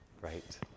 right